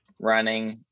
running